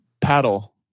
Paddle